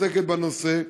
שעוסקת בנושא,